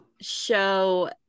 show